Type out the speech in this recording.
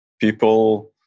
people